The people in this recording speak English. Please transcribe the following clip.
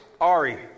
Ari